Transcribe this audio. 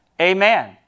Amen